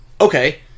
Okay